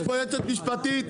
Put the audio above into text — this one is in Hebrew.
יש פה יועצת משפטית.